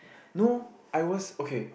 no I was okay